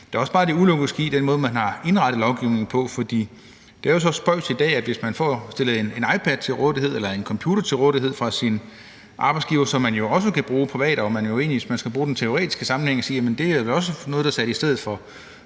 der er også bare det ulogiske i den måde, man har indrettet lovgivningen på, for det er jo så spøjst i dag, at hvis man får stillet en iPad til rådighed eller en computer til rådighed af sin arbejdsgiver, som man jo også kan bruge privat, og hvor man jo teoretisk kunne sige, at det også er noget, der er sat i stedet for